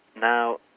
Now